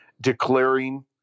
declaring